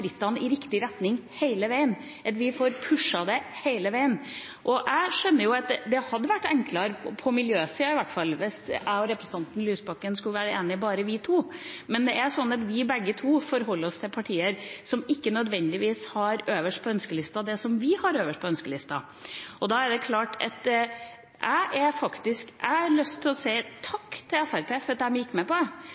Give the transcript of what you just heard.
skrittene i riktig retning hele veien, og at vi får pushet det hele veien. Det hadde vært enklere, på miljøsida i hvert fall, hvis jeg og representanten Lysbakken skulle være enige bare vi to. Men det er sånn at vi begge forholder oss til partier som ikke nødvendigvis har øverst på ønskelista det som vi har øverst på ønskelista. Og jeg har lyst til å si takk til Fremskrittspartiet for at de gikk med på